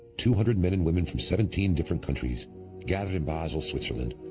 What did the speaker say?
two hundred men and women from seventeen different countries gathered in basel, switzerland,